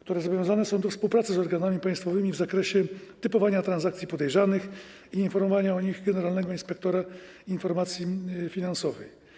które zobowiązane są do współpracy z organami państwowymi w zakresie typowania transakcji podejrzanych i informowania o nich generalnego inspektora informacji finansowych.